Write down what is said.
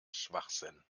schwachsinn